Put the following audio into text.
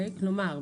כלומר,